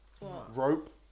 Rope